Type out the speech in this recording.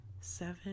seven